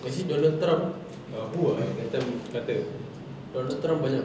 actually donald trump ah who ah that time kata donald trump banyak